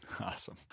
Awesome